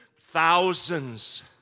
Thousands